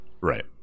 Right